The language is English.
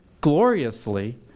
gloriously